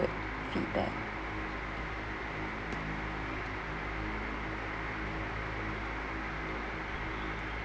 good feedback